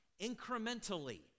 incrementally